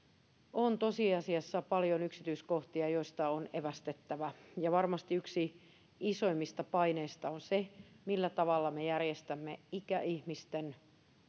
on tosiasiassa paljon yksityiskohtia joista on evästettävä ja varmasti yksi isoimmista paineista on se millä tavalla me järjestämme ikäihmisten